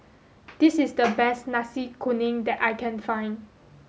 this is the best Nasi Kuning that I can find